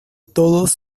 todos